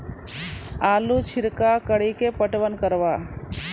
आलू छिरका कड़ी के पटवन करवा?